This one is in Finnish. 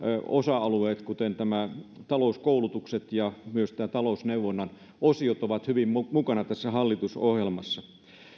osa alueet kuten talouskoulutuksen ja myös talousneuvonnan osiot ovat hyvin mukana tässä hallitusohjelmassa